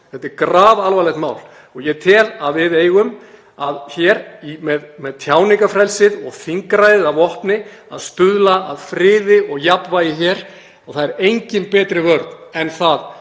Þetta er grafalvarlegt mál. Ég tel að við hér eigum, með tjáningarfrelsið og þingræðið að vopni, að stuðla að friði og jafnvægi. Það er engin betri vörn en að